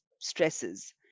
stresses